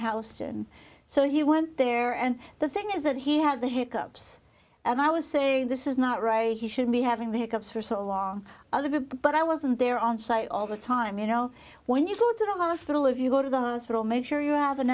house and so he went there and the thing is that he had the hiccups and i was saying this is not right he should be having the hiccups for so long as a bit but i wasn't there on site all the time you know when you go to the hospital if you go to the hospital make sure you have an